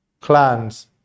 clans